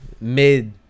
mid